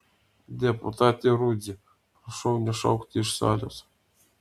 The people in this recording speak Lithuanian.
deputate rudzy prašau nešaukti iš salės